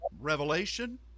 Revelation